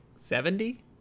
Seventy